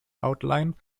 outline